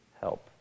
help